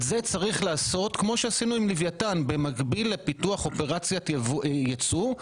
את זה צריך לעשות כמו שעשינו עם לוויתן במקביל לפיתוח אופרציית ייצוא,